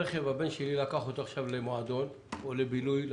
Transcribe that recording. הבן שלי לקח אותו עכשיו למועדון, או לבילוי לשוק,